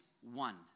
one